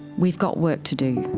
we've got work to do,